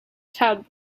tub